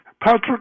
Patrick